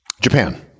Japan